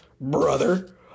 brother